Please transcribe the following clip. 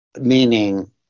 meaning